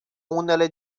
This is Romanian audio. unele